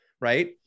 right